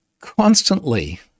constantly